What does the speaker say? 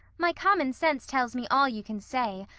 my common sense tells me all you can say,